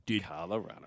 Colorado